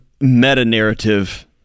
meta-narrative